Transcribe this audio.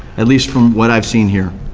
at least from what i've seen here,